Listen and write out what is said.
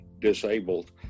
disabled